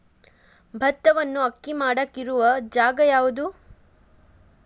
ಭತ್ತವನ್ನು ಅಕ್ಕಿ ಮಾಡಾಕ ಇರು ಜಾಗ ಯಾವುದು?